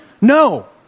No